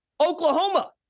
Oklahoma